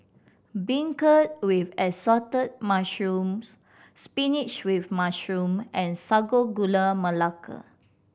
beancurd with Assorted Mushrooms spinach with mushroom and Sago Gula Melaka